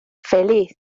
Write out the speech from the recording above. feliz